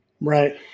Right